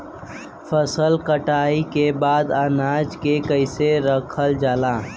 फसल कटाई के बाद अनाज के कईसे रखल जाला?